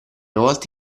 volte